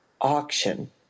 auction